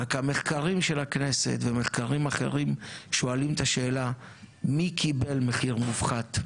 רק המחקרים של הכנסת ומחקרים אחרים שואלים את השאלה מי קיבל מחיר מופחת?